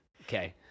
okay